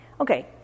Okay